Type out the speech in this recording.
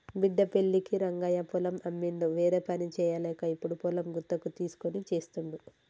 బిడ్డ పెళ్ళికి రంగయ్య పొలం అమ్మిండు వేరేపని చేయలేక ఇప్పుడు పొలం గుత్తకు తీస్కొని చేస్తుండు